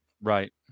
right